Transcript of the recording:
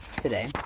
today